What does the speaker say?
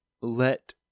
let